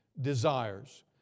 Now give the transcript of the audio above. desires